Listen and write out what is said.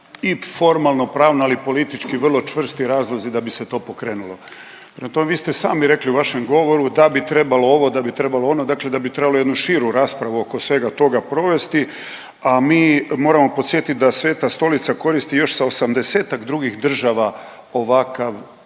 i formalno-pravna ali i politički vrlo čvrsti razlozi da bi se to pokrenulo. Prema tome, vi ste sami rekli u vašem govoru da bi trebalo ovo, da bi trebalo ono, dakle da bi trebalo jednu širu raspravu oko svega toga provesti, a mi moramo podsjetiti da Sveta Stolica koristi još sa 80-ak drugih država ovakav